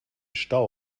stau